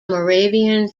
moravian